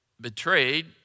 betrayed